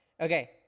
Okay